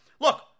Look